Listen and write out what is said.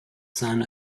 son